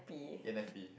e_n_f_p